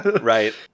right